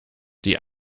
die